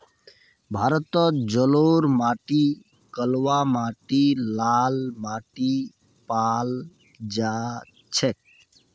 भारतत जलोढ़ माटी कलवा माटी लाल माटी पाल जा छेक